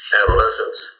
adolescents